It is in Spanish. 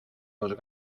los